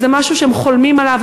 שזה משהו שהם חולמים עליו,